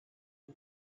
the